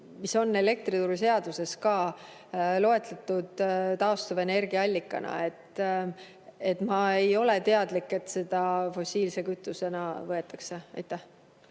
mis on elektrituruseaduses loetletud taastuvenergiaallikana. Ma ei ole teadlik, et seda fossiilse kütusena võetakse. Aitäh!